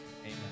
amen